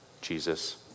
Jesus